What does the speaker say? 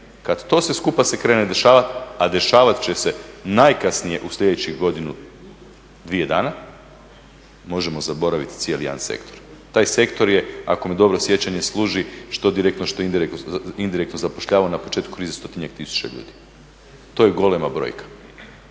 Kad to sve skupa se krene dešavati, a dešavat će se najkasnije u sljedećih godinu, dvije dana možemo zaboraviti cijeli jedan sektor. Taj sektor je, ako me dobro sjećanje služi što direktno, što indirektno zapošljava na početku krize stotinjak tisuća ljudi. To je golema brojka.